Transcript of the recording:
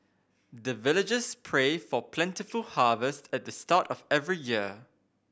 the villagers pray for plentiful harvest at the start of every year